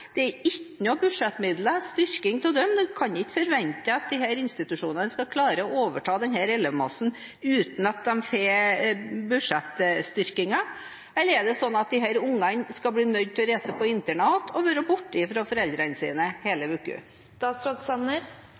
Det er ikke noe styrking av budsjettmidler. En kan ikke forvente at disse institusjonene skal klare å overta denne elevmassen uten at de får budsjettstyrking. Eller er det sånn at disse ungene skal bli nødt til å reise på internat og være borte fra foreldrene sine hele